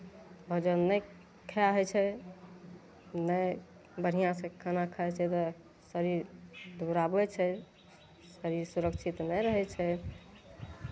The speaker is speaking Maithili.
भोजन नहि खा होइ छै नहि बढ़िआँसँ खाना खाइ छै तऽ शरीर दुबराबै छै शरीर सुरक्षित नहि रहै छै